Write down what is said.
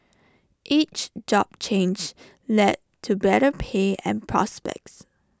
each job change led to better pay and prospects